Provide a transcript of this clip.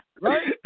Right